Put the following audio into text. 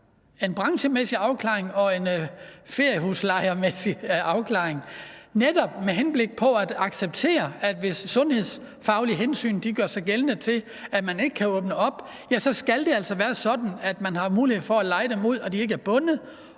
en branchemæssig afklaring og en feriehuslejermæssig afklaring, netop med henblik på at acceptere, at hvis sundhedsfaglige hensyn gør sig gældende, i forhold til at man ikke kan åbne op, så skal det altså være sådan, at man har mulighed for at leje husene ud, og at de ikke er bundet,